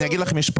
אני אגיד לך משפט.